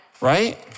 Right